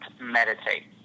meditate